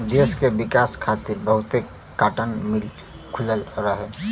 देस के विकास खातिर बहुते काटन मिल खुलल रहे